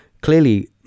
clearly